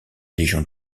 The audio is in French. légion